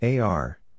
AR